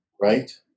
right